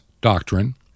doctrine